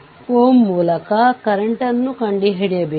5amps ಮುಂದಿನದು VThevenin ಕಂಡುಹಿಡಿಯುವುದು